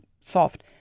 soft